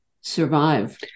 survive